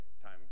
time